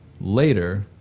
later